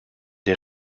des